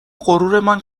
غرورمان